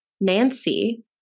Nancy